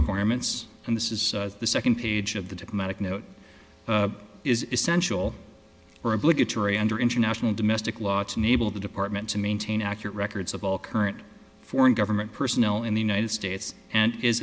requirements and this is the second page of the diplomatic note is essential for obligatory under international domestic law its neighbor of the department to maintain accurate records of all current foreign government personnel in the united states and is